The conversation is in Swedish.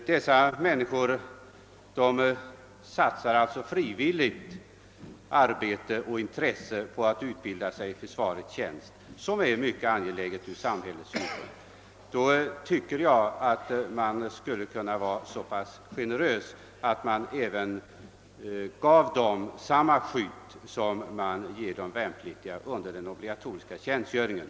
De människor som är verksamma inom dessa organisationer satsar frivilligt arbete och intresse på att utbilda sig i försvarets tjänst, något som från samhällets synpunkt är mycket värdefullt. Då tycker jag att man skall kunna vara så pass generös att man gav vederbörande samma skydd som de värnpliktiga har under den obligatoriska tjänstgöringen.